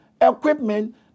equipment